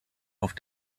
auf